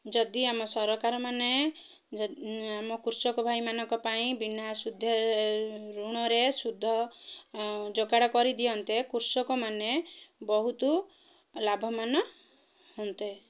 ଯଦି ଆମ ସରକାରମାନେ ଆମ କୃଷକ ଭାଇମାନଙ୍କ ପାଇଁ ବିନା ଶୁଦ୍ଧ ଋଣରେ ଶୁଦ୍ଧ ଯୋଗାଡ଼ କରିଦିଅନ୍ତେ କୃଷକମାନେ ବହୁତ ଲାଭମାନ ହୁଅନ୍ତେ